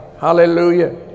Hallelujah